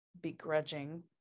begrudging